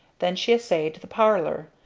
then she essayed the parlor,